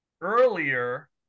earlier